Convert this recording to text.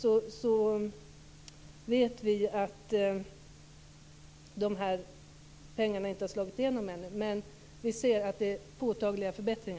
Vi ser en påtaglig vändning och förbättring.